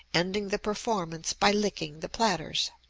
ending the performance by licking the platters.